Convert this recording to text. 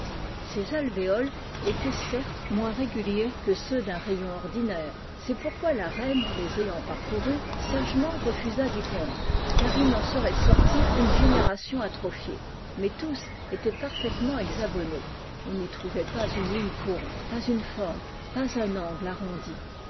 ces alvéoles étaient certes moins réguliers que ceux d'un rayon ordinaire c'est pourquoi la reine les ayant parcourus sagement refusa d'y pondre car il n'en serait sorti qu'une génération atrophiée mais tous étaient parfaitement hexagonaux on n'y trouvait pas une ligne courbe pas une forme pas un angle